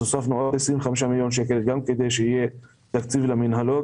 הוספנו עוד 25 מיליון שקלים גם כדי שיהיה תקציב למינהלות